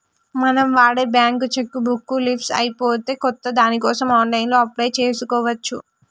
మనం వాడే bank cheque book leafs అయిపోతే కొత్త దానికోసం ఆన్లైన్లో అప్లై చేసుకోవచ్చు